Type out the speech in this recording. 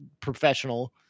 professional